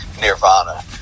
Nirvana